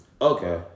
Okay